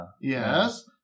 yes